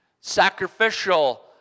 Sacrificial